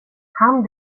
han